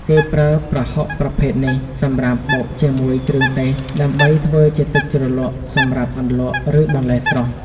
គេប្រើប្រហុកប្រភេទនេះសម្រាប់ បុកជាមួយគ្រឿងទេស ដើម្បីធ្វើជាទឹកជ្រលក់សម្រាប់អន្លក់ ឬបន្លែស្រស់។